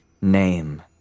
name